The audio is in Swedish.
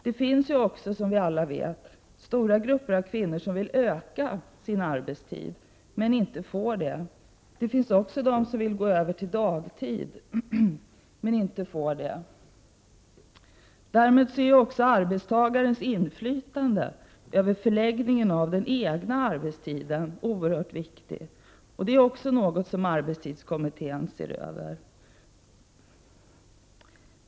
Det finns också, som alla vet, stora grupper kvinnor som vill öka sin arbetstid men inte får det och de som vill gå över till dagtid men inte får det. Därmed är också arbetstagarens inflytande över förläggningen av den egna arbetstiden oerhört viktigt, och över det är något som arbetstidskommittén ser över.